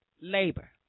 labor